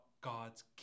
God's